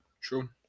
True